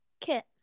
Kit